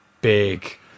big